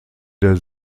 der